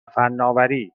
فناوری